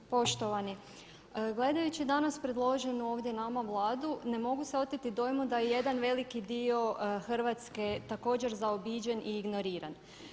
Poštovani gledajući danas predloženu ovdje nama Vladu ne mogu se oteti dojmu da je jedan veliki dio Hrvatske također zaobiđen i ignoriran.